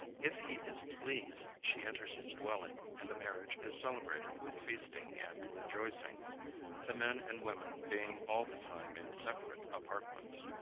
if he is pleased, she enters his dwelling, and the marriage is celebrated with feasting and rejoicing the men and women being all the time in separate apartments.